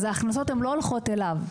אז ההכנסות הן לא הולכות אליו,